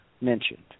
mentioned